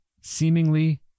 seemingly